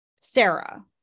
sarah